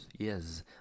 Yes